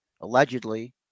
Allegedly